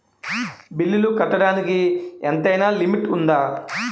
బిల్లులు కట్టడానికి ఎంతైనా లిమిట్ఉందా?